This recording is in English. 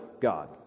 God